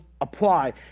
apply